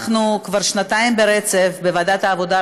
אנחנו כבר שנתיים ברצף בוועדת העבודה,